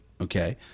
okay